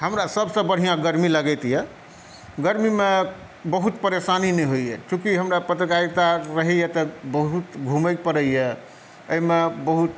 हमरा सब से बढ़िऑं गरमी लगैत यऽ गरमीमे बहुत परेशानी नहि होइए चूँकि हमरा पत्रकारिता रहैए तऽ बहुत घुमए पड़ैए एहिमे बहुत